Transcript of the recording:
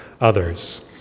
others